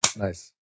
Nice